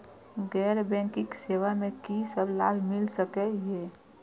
गैर बैंकिंग सेवा मैं कि सब लाभ मिल सकै ये?